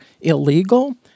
illegal